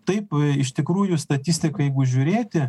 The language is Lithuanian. taip iš tikrųjų statistiką jeigu žiūrėti